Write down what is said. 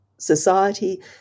society